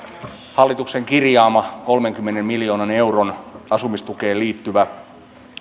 hallituksen kirjaama kolmenkymmenen miljoonan euron asumistukeen liittyvä